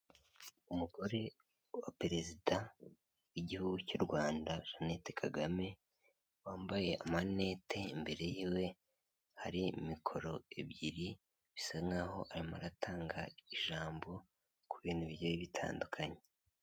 Umugore wa Perezida w'igihugu cy'u Rwanda, Jeannette Kagame wambaye amanete imbere y'iwe hari mikoro ebyiri bisa nk'aho arimo aratanga ijambo ku bintu bigiye bitandukanye.